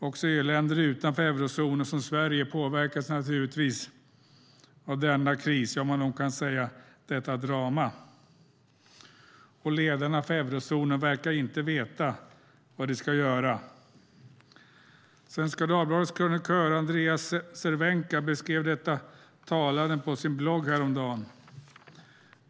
Också EU-länder utanför eurozonen, som Sverige, påverkas naturligtvis av denna kris - ja, man kan nog säga detta drama. Ledarna för eurozonen verkar inte veta vad de ska göra. Svenska Dagbladets krönikör Andreas Cervenka beskrev talande detta på sin blogg häromdagen.